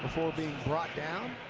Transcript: before being brought down.